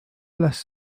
üles